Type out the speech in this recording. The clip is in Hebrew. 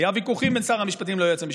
היו ויכוחים בין שר המשפטים ליועץ המשפטי,